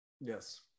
Yes